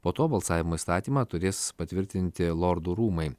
po to balsavimo įstatymą turės patvirtinti lordų rūmai